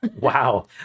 wow